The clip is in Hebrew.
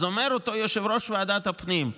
אז אומר אותו יושב-ראש ועדת הפנים: